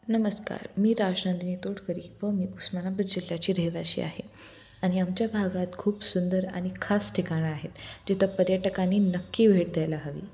नमस्कार मी राजनंदिनी तोडकरी व मी उस्मानाबाद जिल्ह्याची रेवाशी आहे आनि आमच्या भागात खूप सुंदर आनि खास ठिकाणं आहेत जिथं पर्यटकांनी नक्की भेट द्यायला हवी